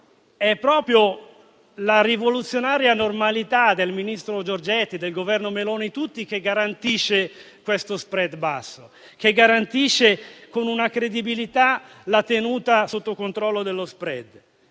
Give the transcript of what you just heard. è proprio la rivoluzionaria normalità del ministro Giorgetti e del Governo Meloni che garantisce questo *spread* basso, che garantisce, con credibilità, la tenuta sotto controllo dello *spread*,